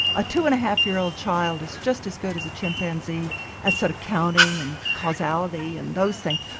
a two and a half year old child is just as good as a chimpanzee at sort of counting and causality and those things.